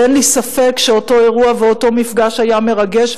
ואין לי ספק שאותו אירוע ואותו מפגש היה מרגש,